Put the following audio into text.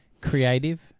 creative